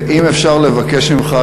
אם אפשר לבקש ממך,